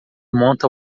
monta